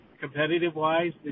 competitive-wise